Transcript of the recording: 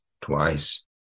Twice